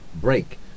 break